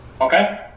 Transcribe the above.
Okay